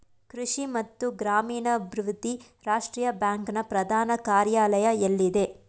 ಕೃಷಿ ಮತ್ತು ಗ್ರಾಮೀಣಾಭಿವೃದ್ಧಿ ರಾಷ್ಟ್ರೀಯ ಬ್ಯಾಂಕ್ ನ ಪ್ರಧಾನ ಕಾರ್ಯಾಲಯ ಎಲ್ಲಿದೆ?